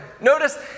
Notice